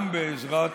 גם בעזרת